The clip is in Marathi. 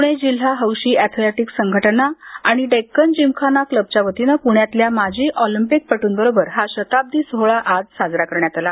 पुणे जिल्हा हौशी अथलेटिक्स संघटना आणि डेक्कन जिमखाना क्लबच्या वतीने प्ण्यातल्या माजी ऑलिम्पिक पटूबरोबर हा शताब्दी सोहळा आज साजरा करण्यात आला